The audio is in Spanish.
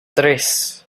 tres